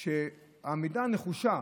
על שהעמידה הנחושה